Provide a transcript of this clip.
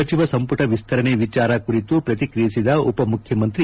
ಸಚಿವ ಸಂಪುಟ ವಿಸ್ತರಣೆ ವಿಚಾರ ಕುರಿತು ಪ್ರತಿಕ್ರಿಯಿಸಿದ ಉಪಮುಖ್ಯಮಂತ್ರಿ